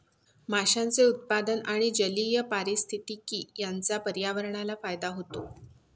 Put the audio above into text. माशांचे उत्पादन आणि जलीय पारिस्थितिकी यांचा पर्यावरणाला फायदा होतो